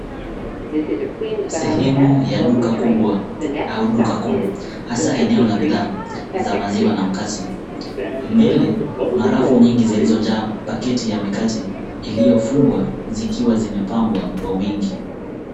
Sehemu ya duka kubwa au duka kuu hasaa eneo la bidhaa za maziwa na mikate. Mbele kuna rafu nyingi zilizojaa pakiti ya mikate iliyofungwa zikiwa zimepangwa kwa wingi.